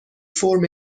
فرم